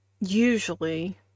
usually